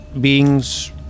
beings